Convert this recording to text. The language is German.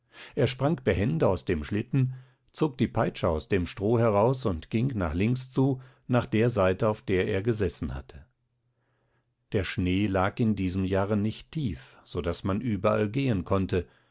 er sprang behende aus dem schlitten zog die peitsche aus dem stroh heraus und ging nach links zu nach der seite auf der er gesessen hatte der schnee lag in diesem jahre nicht tief so daß man überall gehen konnte